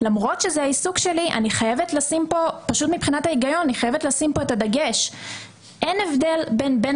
אני חייבת לשים פה את הדגש מבחינת ההיגיון: אין הבדל בין ב1